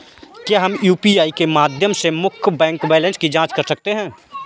क्या हम यू.पी.आई के माध्यम से मुख्य बैंक बैलेंस की जाँच कर सकते हैं?